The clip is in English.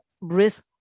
risk